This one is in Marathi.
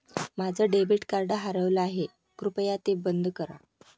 माझं डेबिट कार्ड हरवलं आहे, कृपया ते बंद करा